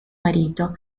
marito